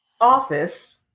office